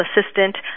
assistant